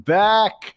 back